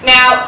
Now